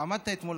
עמדת אתמול,